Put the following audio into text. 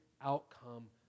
outcome